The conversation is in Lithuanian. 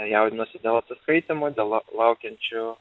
jaudinuosi dėl atsiskaitymų dėl la laukiančių